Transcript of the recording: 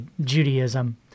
Judaism